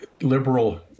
liberal